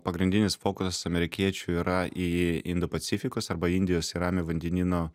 pagrindinis fokusas amerikiečių yra į indo pacifikus arba indijos ir ramiojo vandenyno